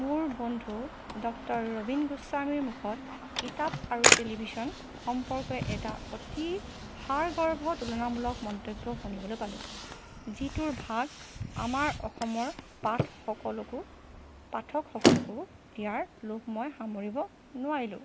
মোৰ বন্ধু ডক্টৰ ৰবীন গোস্বামীৰ মুখত কিতাপ আৰু টেলিভিশ্যন সম্পৰ্কে এটা অতি সাৰ গৰ্ভ তুলনামূলক মন্তব্য শুনিবলৈ পালোঁ যিটোৰ ভাগ আমাৰ অসমৰ পাঠসকলকো পাঠকসকলকো দিয়াৰ লোভ মই সামৰিব নোৱাৰিলোঁ